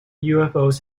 ufos